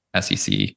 sec